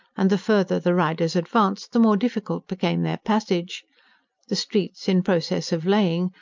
and the further the riders advanced, the more difficult became their passage the streets, in process of laying,